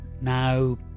Now